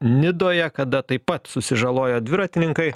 nidoje kada taip pat susižalojo dviratininkai